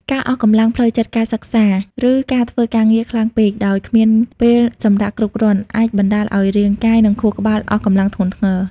ការអស់កម្លាំងផ្លូវចិត្តការសិក្សា ឬការធ្វើការងារខ្លាំងពេក ដោយគ្មានពេលសម្រាកគ្រប់គ្រាន់ អាចបណ្តាលឲ្យរាងកាយ និងខួរក្បាលអស់កម្លាំងធ្ងន់ធ្ងរ។